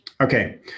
okay